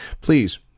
please